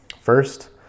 First